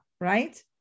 right